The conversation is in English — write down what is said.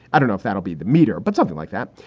i don't know if that'll be the meter, but something like that.